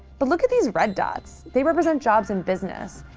but look as these red dots. they represent jobs in business.